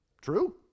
True